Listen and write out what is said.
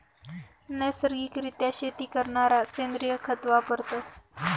नैसर्गिक रित्या शेती करणारा सेंद्रिय खत वापरतस